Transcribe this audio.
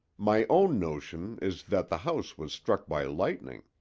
my own notion is that the house was struck by lightning.